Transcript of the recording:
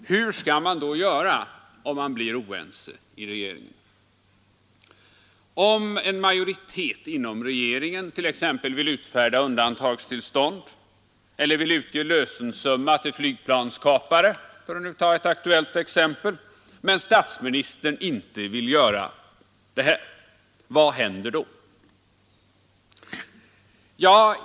Hur skall man då göra om man blir oense i regeringen? Om en majoritet inom regeringen t.ex. vill utfärda undantagstillstånd eller utge lösensumma till flygplanskapare, för att nu ta ett aktuellt exempel, men statsministern inte vill det — vad händer då?